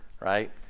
right